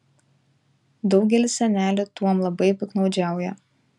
daugelis senelių tuom labai piktnaudžiauja